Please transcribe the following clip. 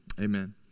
amen